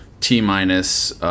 T-minus